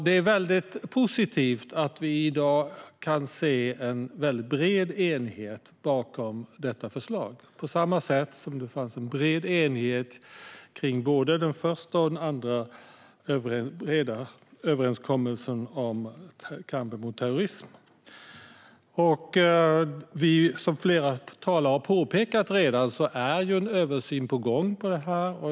Det är positivt att det i dag finns en bred enighet bakom detta förslag, på samma sätt som det fanns en bred enighet kring både den första och den andra överenskommelsen om kampen mot terrorism. Som flera talare redan har påpekat är en översyn på gång.